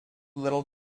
little